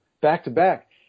back-to-back